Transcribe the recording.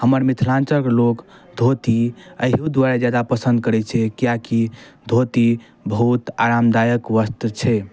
हमर मिथिलाञ्चलके लोक धोती अहिओ दुआरे जादा पसन्द करै छै किएकि धोती बहुत आरामदायक वस्त्र छै